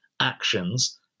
actions